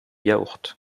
yaourt